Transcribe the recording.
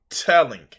telling